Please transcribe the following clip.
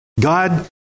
God